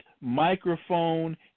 microphone